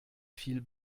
viel